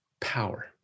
power